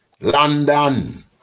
London